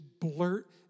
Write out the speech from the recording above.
blurt